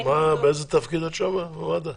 באיזה תפקיד את במד"א?